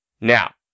Now